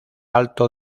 alto